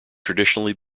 traditionally